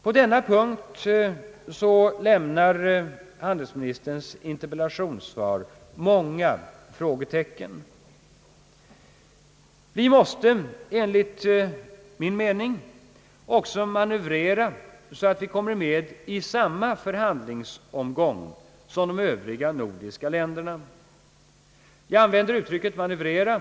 På dena punkt lämnar handelsministerns interpellationssvar många frågetecken. Vi måste enligt min mening också manövrera så att vi kommer med i samma förhandlingsomgång som de övriga nordiska länderna. Jag använder uttrycket manövrera.